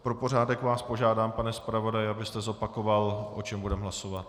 Pro pořádek vás požádám, pane zpravodaji, abyste zopakoval, o čem budeme hlasovat.